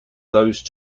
those